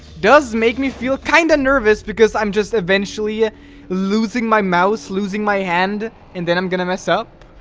does make me feel kind of nervous because i'm just eventually ah losing my mouse losing my hand and then i'm gonna mess up